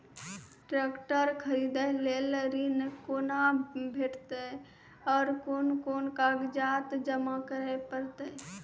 Tractor खरीदै लेल ऋण कुना भेंटते और कुन कुन कागजात जमा करै परतै?